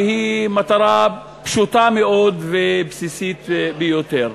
והיא מטרה פשוטה מאוד ובסיסית ביותר.